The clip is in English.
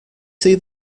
see